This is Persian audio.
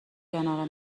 کنار